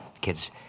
kids